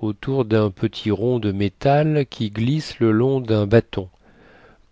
autour dun petit rond de métal qui glisse le long dun bâton